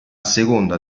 seconda